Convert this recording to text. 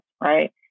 right